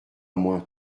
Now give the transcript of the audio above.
moins